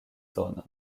zonon